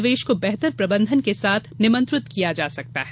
निवेश को बेहतर प्रबंधन के साथ निमंत्रित किया जा सकता है